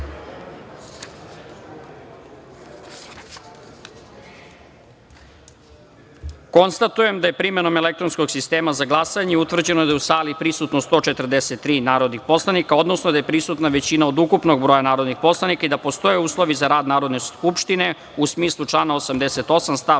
glasanje. Konstatujem da je primenom elektronskog sistema za glasanje utvrđeno da su u sali prisutna 143 narodna poslanika, odnosno da je prisutna većina od ukupnog broja narodnih poslanika i da postoje uslovi za rad Narodne skupštine, u smislu člana 88. stav 5.